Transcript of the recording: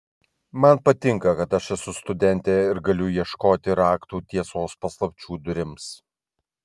man patinka kad aš esu studentė ir galiu ieškoti raktų tiesos paslapčių durims